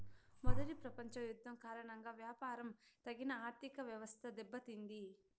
మొదటి ప్రపంచ యుద్ధం కారణంగా వ్యాపారం తగిన ఆర్థికవ్యవస్థ దెబ్బతింది